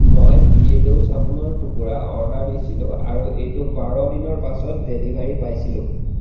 মই বিয়েৰ্ডো চাবোনৰ টুকুৰা অৰ্ডাৰ দিছিলোঁ আৰু এইটো বাৰ দিনৰ পাছত ডেলিভাৰী পাইছিলোঁ